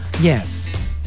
Yes